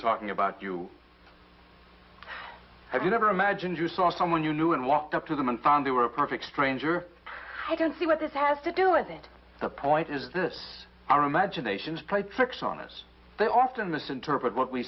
talking about you if you never imagined you saw someone you knew and walked up to them and found they were a perfect stranger i don't see what this has to do is it the point is this our imaginations play tricks on us they often misinterpret what we